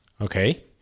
Okay